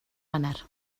wener